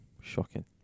shocking